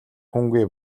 хүнгүй